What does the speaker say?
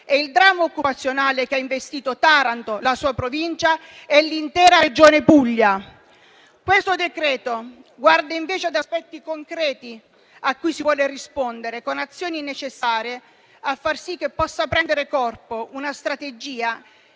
e il dramma occupazionale che ha investito Taranto, la sua Provincia e l'intera Regione Puglia. Questo decreto guarda invece ad aspetti concreti, cui si vuole rispondere con azioni necessarie a far sì che possa prendere corpo una strategia